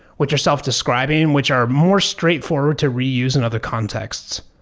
which are self-describing, which are more straightforward to reuse in other contexts.